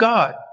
God